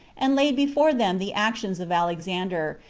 and laid before them the actions of alexander,